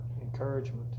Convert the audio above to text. Encouragement